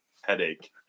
headache